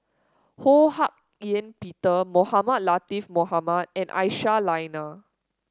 Ho Hak Ean Peter Mohamed Latiff Mohamed and Aisyah Lyana